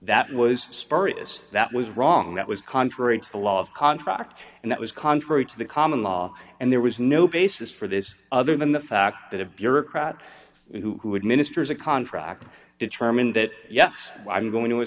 spurious that was wrong that was contrary to the law of contract and that was contrary to the common law and there was no basis for this other than the fact that a bureaucrat who would ministers a contract determine that yes i'm going to a